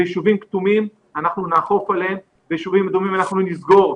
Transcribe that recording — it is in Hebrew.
ביישובים כתומים אנחנו נאכוף ויישובים אדומים אנחנו נסגור.